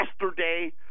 yesterday